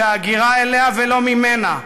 שההגירה אליה ולא ממנה,